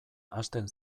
hasten